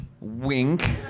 Wink